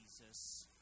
Jesus